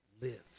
live